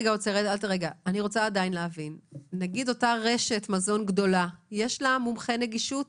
נניח שלאותה רשת מזון גדולה יש מומחה נגישות